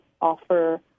offer